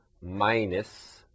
minus